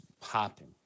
popping